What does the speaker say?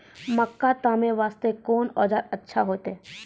मक्का तामे वास्ते कोंन औजार अच्छा होइतै?